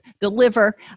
deliver